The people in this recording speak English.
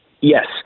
yes